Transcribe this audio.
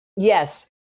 Yes